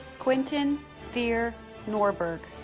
quinten thyer norberg